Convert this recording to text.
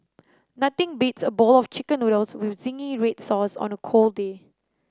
nothing beats a bowl of chicken noodles with zingy red sauce on a cold day